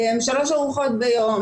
שלוש ארוחות ביום,